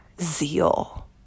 zeal